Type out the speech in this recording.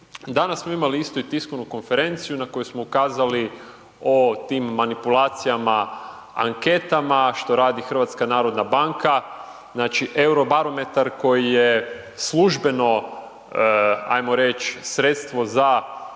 Danas smo imali isto i tiskovnu konferenciju na kojoj smo ukazali o tim manipulacijama anketama, što radi HNB, znači Eurobarometer koji je službeno ajmo reći sredstvo za